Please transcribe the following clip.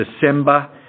December